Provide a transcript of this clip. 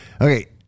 Okay